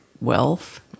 wealth